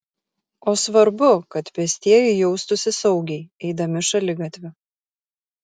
o svarbu kad pėstieji jaustųsi saugiai eidami šaligatviu